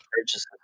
purchases